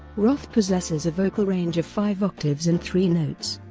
roth possesses a vocal range of five octaves and three notes.